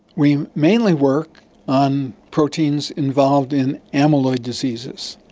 we mainly work on proteins involved in amyloid diseases,